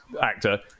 actor